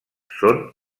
són